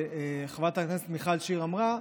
שחברת הכנסת מיכל שיר אמרה,